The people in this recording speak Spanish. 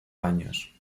años